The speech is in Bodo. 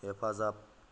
हेफाजाब